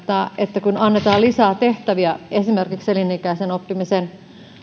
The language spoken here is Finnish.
että kun annetaan lisää tehtäviä esimerkiksi elinikäisen oppimisen